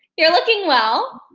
you're looking well.